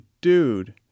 dude